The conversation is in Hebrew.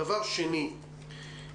דבר שני,